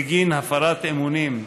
בגין הפרת אמונים,